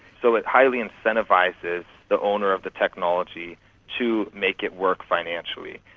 so it highly incentivises the owner of the technology to make it work financially,